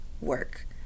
work